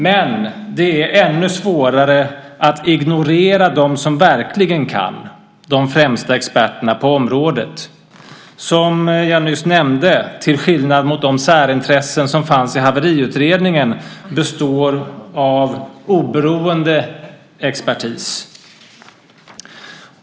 Men det är ännu svårare att ignorera dem som verkligen kan, de främsta experterna på området - vilka som jag nyss nämnde, till skillnad mot de särintressen som fanns i haveriutredningen, består av oberoende expertis.